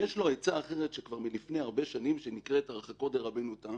יש לו עצה אחרת כבר מלפני הרבה שנים שנקראת הרחקות דרבנו תם